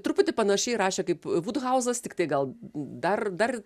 truputį panašiai rašė kaip vudhauzas tiktai gal dar dar